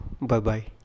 Bye-bye